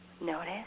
Notice